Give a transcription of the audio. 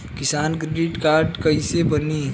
किसान credit card कइसे बानी?